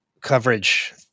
coverage